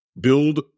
build